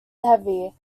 heavy